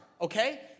okay